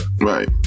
Right